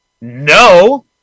No